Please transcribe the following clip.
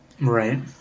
right